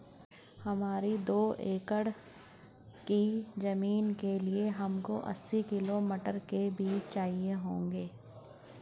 हमारी दो एकड़ की जमीन के लिए हमको अस्सी किलो मटर के बीज चाहिए होंगे